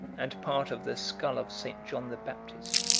and part of the skull of st. john the baptist.